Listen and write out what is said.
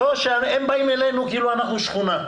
הם באים אלינו כאילו אנחנו שכונה.